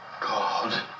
God